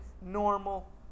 normal